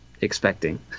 expecting